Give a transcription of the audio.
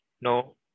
no